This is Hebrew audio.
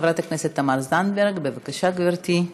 חברת הכנסת תמר זנדברג, בבקשה, גברתי.